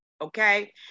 Okay